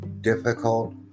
difficult